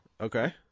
Okay